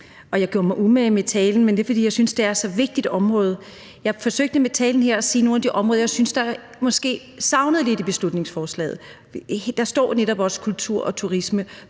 Jeg gjorde mig umage med talen, men det er, fordi jeg synes, det er så vigtigt et område. Jeg forsøgte med talen her at sige noget om nogle af de områder, jeg synes jeg måske savnede lidt i beslutningsforslaget. Der står netop kultur og turisme,